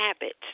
habit